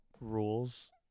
rules